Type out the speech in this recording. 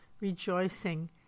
rejoicing